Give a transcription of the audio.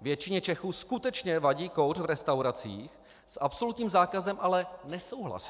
většině Čechů skutečně vadí kouř v restauracích, s absolutním zákazem ale nesouhlasí.